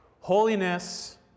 Holiness